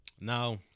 Now